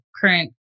current